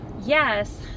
Yes